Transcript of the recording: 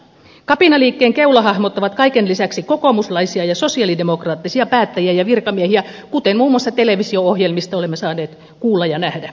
kapinaliikkeen keulahahmot ovat kaiken lisäksi kokoomuslaisia ja sosialidemokraattisia päättäjiä ja virkamiehiä kuten muun muassa televisio ohjelmista olemme saaneet kuulla ja nähdä